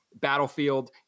Battlefield